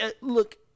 Look